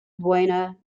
buena